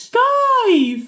Guys